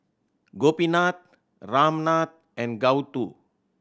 Gopinath Ramnath and Gouthu